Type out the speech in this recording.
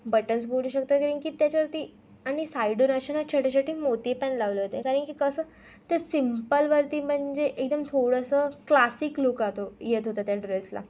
buttons बोलू शकता कारण की त्याच्यावरती आणि साईडवर असे ना छोटेछोटे मोतीपण लावले होते कारण की कसं ते सिम्पलवरती म्हणजे एकदम थोडंसं क्लासिक लूकातो येत होता त्या ड्रेसला